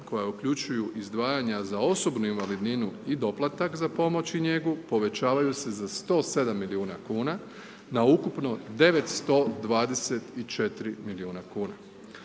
koja uključuju izdvajanja za osobnu invalidninu i doplatak za pomoć i njegu povećavaju se za 107 milijuna kuna na ukupno 924 milijuna kuna.